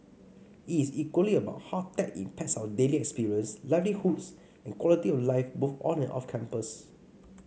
it is equally about how tech impacts our daily experience livelihoods and quality of life both on and off campus